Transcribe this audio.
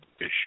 issue